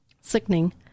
Sickening